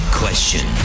question